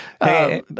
Hey